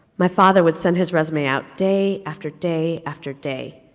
my father would send his resume out day, after day, after day,